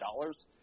dollars